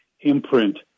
imprint